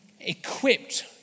equipped